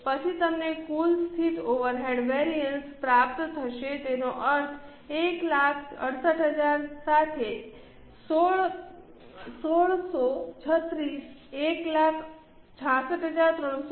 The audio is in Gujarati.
પછી તમને કુલ સ્થિર ઓવરહેડ વેરિઅન્સ પ્રાપ્ત થશે તેનો અર્થ છે 168000 સાથે 1636 166320